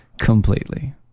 Completely